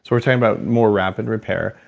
we're talking about more rapid repair.